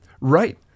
Right